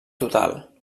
total